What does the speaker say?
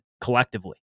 collectively